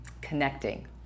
connecting